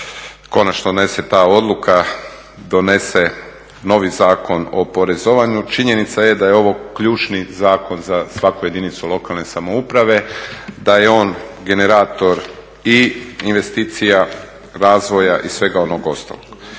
konačno donese taj odluka, donese novi Zakon o porezovanju, činjenica je da je ovo ključni zakon za svaku jedinici lokalne samouprave, da je on generator i investicija, razvoja i svega onog ostalog.